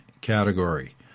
category